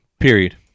Period